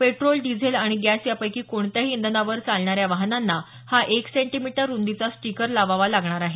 petrol diesel आणि gas यापैकी कोणत्याही इंधनावर चालणाऱ्या वाहनांना हा एक सेंटीमीटर रुंदीचा स्टीकर लावावा लागणार आहे